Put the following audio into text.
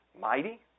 mighty